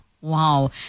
wow